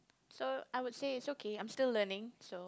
so I would say it's okay I'm still learning so